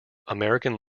american